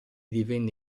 divenne